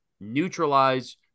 neutralize